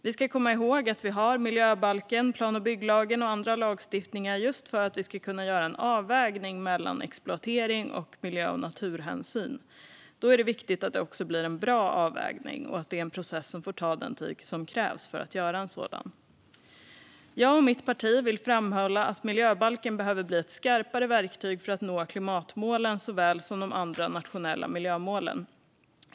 Vi ska komma ihåg att vi har miljöbalken, plan och bygglagen och andra lagstiftningar just för att vi ska kunna göra en avvägning mellan exploatering och miljö och naturhänsyn. Då är det viktigt att det också blir en bra avvägning och att det är en process som får ta den tid som krävs för att göra en sådan. Jag och mitt parti vill framhålla att miljöbalken behöver bli ett skarpare verktyg för att nå klimatmålen såväl som de andra nationella miljömålen.